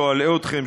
לא אלאה אתכם,